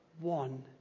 one